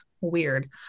weird